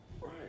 Right